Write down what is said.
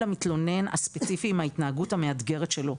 המתלונן הספציפי עם ההתנהגות המאתגרת שלו.